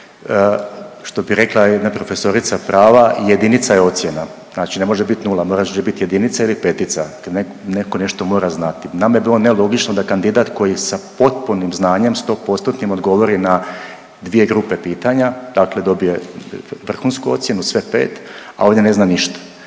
što bi rekla jedna profesorica prava jedinica je ocjena, znači ne može biti nula … biti jedna ili petica neko nešto mora znati. Nama je bilo nelogično da kandidat koji sa potpunim znanjem 100%-tnim odgovori na dvije grupe pitanja dakle dobije vrhunsku ocjenu sve pet, a ovdje ne zna ništa.